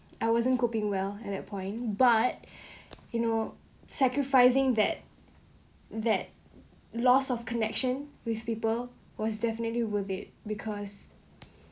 I wasn't coping well at that point but you know sacrificing that that loss of connection with people was definitely worth it because